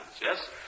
Yes